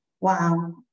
Wow